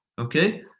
okay